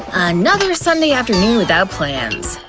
another sunday afternoon without plans.